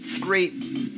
great